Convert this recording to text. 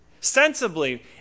sensibly